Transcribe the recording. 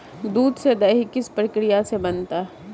दूध से दही किस प्रक्रिया से बनता है?